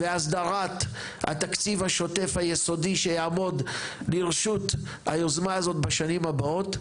והסדרת התקציב השוטף היסודי שיעמוד לרשות היוזמה הזאת בשנים הבאות,